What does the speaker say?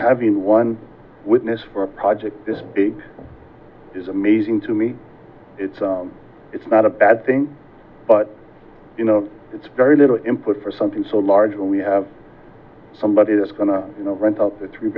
having one witness for a project this big is amazing to me it's not a bad thing but you know it's very little input for something so large when we have somebody that's going to you know rent up a three